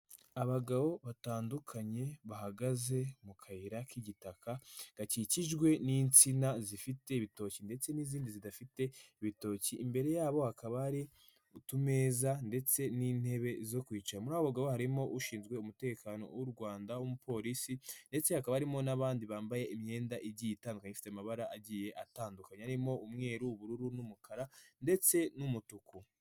Abagabo batandukanye bahagaze mu kayira k'igitaka gakikijwe n'insina zifite ibitoki ndetse n'izindi zidafite ibitoki, imbere yabo hakaba hari utumeza ndetse n'intebe zo kwicaraho, muri aba bagabo harimo ushinzwe umutekano w'u Rwanda w'umupolisi ndetse hakaba harimo n'abandi bambaye imyenda igiye itandukanye ifite amabara agiye atandukanye arimo: umweru, ubururu n'umukara ndetse n'umutuku.